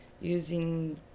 using